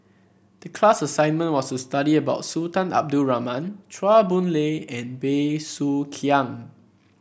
the class assignment was to study about Sultan Abdul Rahman Chua Boon Lay and Bey Soo Khiang